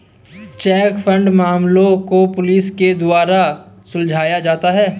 check fraud मामलों को police के द्वारा सुलझाया जाता है